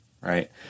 Right